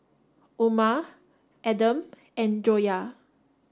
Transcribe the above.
Omar Adam and Joyah